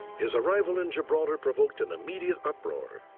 his arrival in gibraltar provoked an immediate uproar.